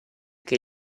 che